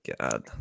God